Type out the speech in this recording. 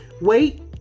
Wait